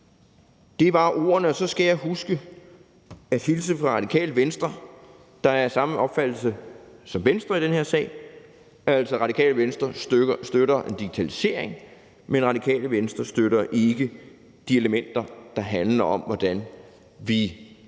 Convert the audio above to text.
Det var ordene. Og så skal jeg huske at hilse fra Radikale Venstre, der er af samme opfattelse som Venstre i den her sag. Radikale Venstre støtter altså en digitalisering, men Radikale Venstre støtter ikke de elementer, der handler om, hvordan vi nu